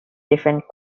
different